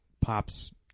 Pops